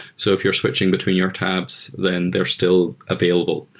so if you're switching between your tabs, then they're still available.